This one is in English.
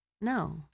No